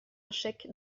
chèque